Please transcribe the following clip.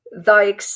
thy